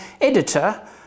editor